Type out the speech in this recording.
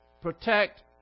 protect